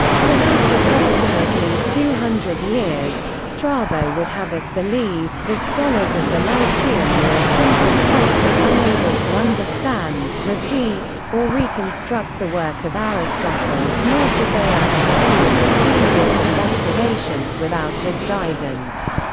for that approximately two hundred years, strabo would have us believe, the scholars of the lyceum were a simple folk, unable to understand, repeat, or reconstruct the work of aristotle, nor could they add to any of the previous investigations without his guidance.